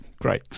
great